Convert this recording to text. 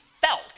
felt